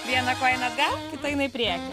viena koja eina atgal kita eina į priekį